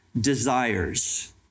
desires